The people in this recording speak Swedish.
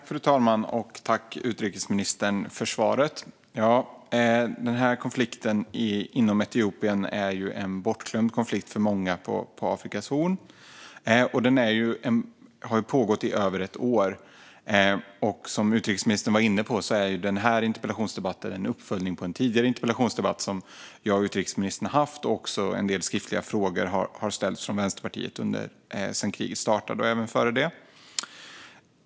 Fru talman! Tack, utrikesministern, för svaret! Konflikten inom Etiopien är för många en bortglömd konflikt på Afrikas horn. Den har pågått i över ett år. Som utrikesministern var inne på är den här interpellationsdebatten en uppföljning av en tidigare interpellationsdebatt som jag och utrikesministern har haft. En del skriftliga frågor har också ställts av Vänsterpartiet sedan kriget startade och även före det.